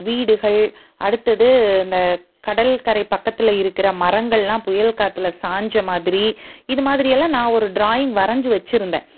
வீடுகள் அடுத்தது இந்த கடல்கரை பக்கத்தில் இருக்கிற மரங்களெல்லாம் புயல் காற்றுல சாஞ்ச மாதிரி இது மாதிரியெல்லாம் நான் ஒரு டிராயிங் வரைஞ்சி வச்சுருந்தேன்